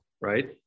right